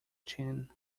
chin